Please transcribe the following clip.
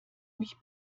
mich